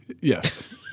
Yes